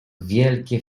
wielkie